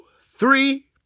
three